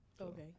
Okay